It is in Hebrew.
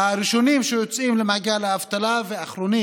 הראשונים שיוצאים למעגל האבטלה והאחרונים